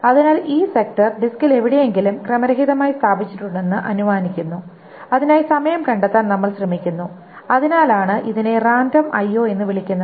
അതിനാൽ ഈ സെക്ടർ ഡിസ്കിൽ എവിടെയെങ്കിലും ക്രമരഹിതമായി സ്ഥാപിച്ചിട്ടുണ്ടെന്ന് അനുമാനിക്കുന്നു അതിനായി സമയം കണ്ടെത്താൻ നമ്മൾ ശ്രമിക്കുന്നു അതിനാലാണ് ഇതിനെ റാൻഡം IO Random IO എന്ന് വിളിക്കുന്നത്